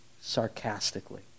sarcastically